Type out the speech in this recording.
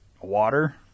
water